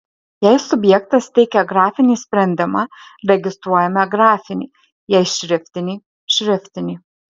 jei subjektas teikia grafinį sprendimą registruojame grafinį jei šriftinį šriftinį